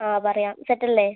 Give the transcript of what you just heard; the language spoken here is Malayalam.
ആ പറയാം സെറ്റ് അല്ലേ